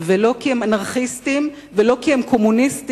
ולא כי הם אנרכיסטים ולא כי הם קומוניסטים,